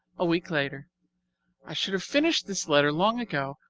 a week later i should have finished this letter long ago,